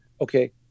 Okay